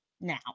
now